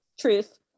Truth